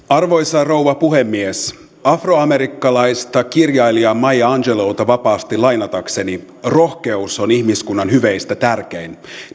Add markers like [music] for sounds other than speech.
[unintelligible] arvoisa rouva puhemies afroamerikkalaista kirjailijaa maya angelouta vapaasti lainatakseni rohkeus on ihmiskunnan hyveistä tärkein